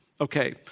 Okay